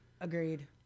Agreed